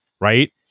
right